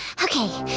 okay,